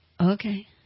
Okay